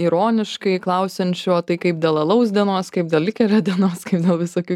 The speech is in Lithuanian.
ironiškai klausiančių o tai kaip dėl alaus dienos kaip dėl likerio dienos kai visokių